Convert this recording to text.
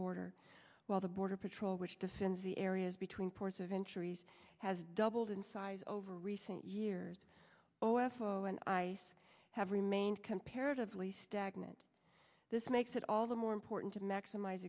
border while the border patrol which defends the areas between ports of injuries has doubled in size over recent years and i have remained comparatively stagnant this makes it all the more important to maximize